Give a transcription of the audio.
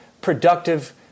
productive